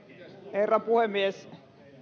herra puhemies